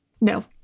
No